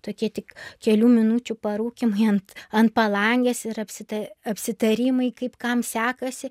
tokie tik kelių minučių parūkymai ant ant palangės ir apsita apsitarimai kaip kam sekasi